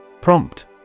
Prompt